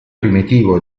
primitivo